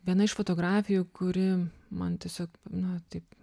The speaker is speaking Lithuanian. viena iš fotografijų kuri man tiesiog na taip